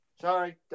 Sorry